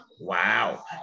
Wow